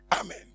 Amen